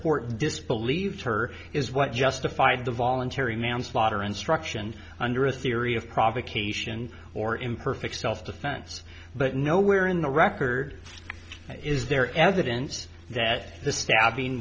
court disbelieved her is what justified the voluntary manslaughter instruction under a theory of provocation or imperfect self defense but nowhere in the record is there evidence that the stabbing